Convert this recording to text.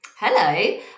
Hello